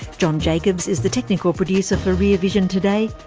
john jacobs is the technical producer for rear vision today.